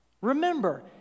Remember